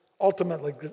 ultimately